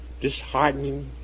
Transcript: disheartening